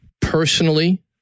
personally